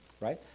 right